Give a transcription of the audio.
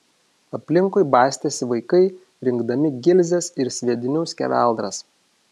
aplinkui bastėsi vaikai rinkdami gilzes ir sviedinių skeveldras